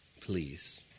Please